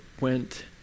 went